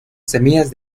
semillas